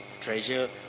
treasure